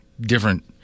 different